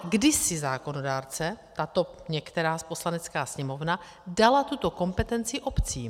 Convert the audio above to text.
kdysi zákonodárce, tato některá Poslanecká sněmovna dala tuto kompetenci obcím.